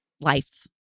Life